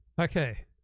okay